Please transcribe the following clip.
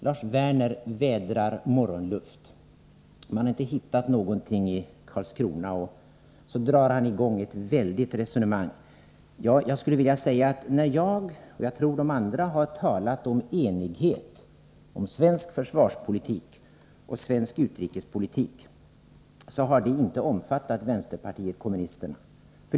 Lars Werner vädrar morgonluft. Man har inte hittat någonting i Karlskrona, och så drar han i gång ett väldigt resonemang. Jag skulle vilja säga att när jag — och jag tror de andra — talat om enighet om svensk försvarspolitik och svensk utrikespolitik, så har det inte omfattat vänsterpartiet kommunisterna.